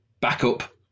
backup